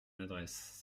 adresse